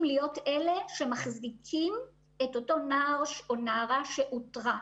להיות אלה שמחזיקים את אותו נער או נערה שאותרו,